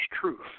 truth